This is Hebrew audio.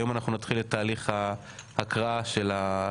היום אנחנו נתחיל את תהליך בהקראה של החוק,